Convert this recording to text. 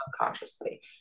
unconsciously